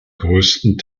größten